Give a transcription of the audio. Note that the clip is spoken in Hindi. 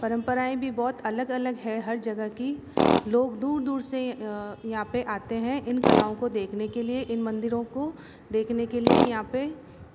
परम्पराएँ भी बहुत अलग अलग है हर जगह की लोग दूर दूर से यहाँ पर आते हैं इन कलाओं को देखने के लिए इन मंदिरों को देखने के लिए यहाँ पर